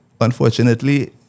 unfortunately